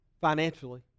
financially